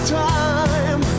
time